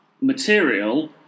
material